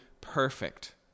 perfect